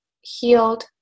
healed